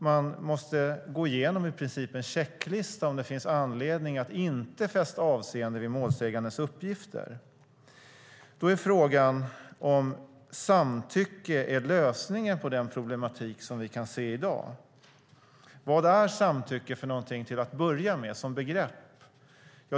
Man måste i princip gå igenom en checklista för att se om det finns anledning att inte fästa avseende vid målsägandens uppgifter. Då är frågan om samtycke är lösningen på den problematik som vi kan se i dag. Vad är samtycke, till att börja med, som begrepp?